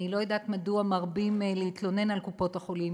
אני לא יודעת מדוע מרבים להתלונן על קופות-החולים,